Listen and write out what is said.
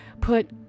put